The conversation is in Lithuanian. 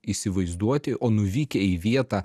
įsivaizduoti o nuvykę į vietą